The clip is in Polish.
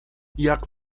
jak